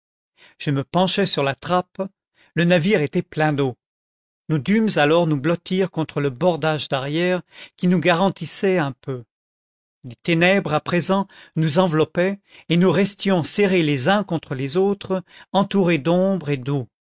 je me penchai sur la trappe le navire était plein d'eau nous dûmes alors nous blottir contre le bordage d'arrière qui nous garantissait un peu les ténèbres à présent nous enveloppaient et nous restions serrés les uns contre les autres entourés d'ombre et d'eau